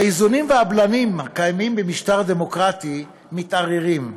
האיזונים והבלמים הקיימים במשטר דמוקרטי מתערערים,